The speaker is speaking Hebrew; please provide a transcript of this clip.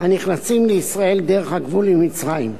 הנכנסים לישראל דרך הגבול עם מצרים.